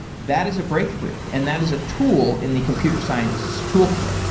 that is a breakthrough and that is a tool in the computer scientist's toolkit.